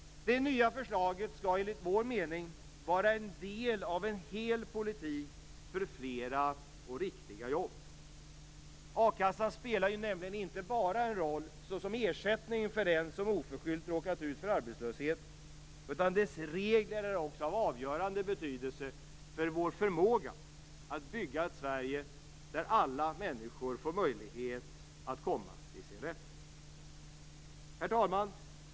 Det nya förslaget skall enligt vår mening vara en del av en hel politik för fler och riktiga jobb. A-kassan spelar ju inte bara en roll som ersättning till den som oförskyllt råkat ut för arbetslöshet, utan dess regler är också av avgörande betydelse för vår förmåga att bygga ett Sverige där alla människor får möjlighet att komma till sin rätt. Herr talman!